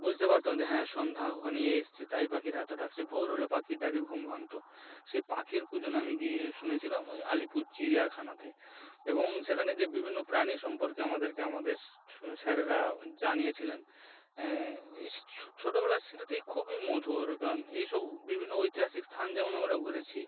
বুঝতে পারতাম যে হ্যাঁ সন্ধ্যা ঘনিয়ে এসেছে তাই পাখিরা এত ডাকছে ভোর হলে পাখির ডাকে ঘুম ভাঙত সেই পাখির কূজন আমি গিয়ে শুনেছিলাম ওই আলিপুর চিড়িয়াখানাতে এবং সেখানে যেয়ে বিভিন্ন প্রাণী সম্পর্কে আমাদেরকে আমাদের স্যারেরা জানিয়েছিলেন এই ছোটোবেলার স্মৃতি খুবই মধুর কারণ এই সব বিভিন্ন ঐতিহাসিক স্থান যেমন আমরা ঘুরেছি